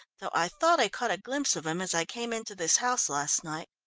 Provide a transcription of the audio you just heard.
though i thought i caught a glimpse of him as i came into this house last night.